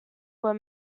were